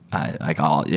i call yeah